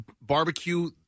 barbecue